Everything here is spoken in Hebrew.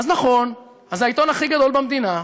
אז נכון, אז העיתון הכי גדול במדינה,